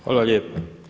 Hvala lijepa.